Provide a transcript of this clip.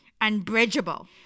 unbridgeable